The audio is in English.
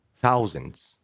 thousands